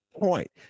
point